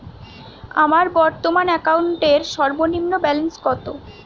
আমার বর্তমান অ্যাকাউন্টের সর্বনিম্ন ব্যালেন্স কত?